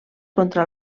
contra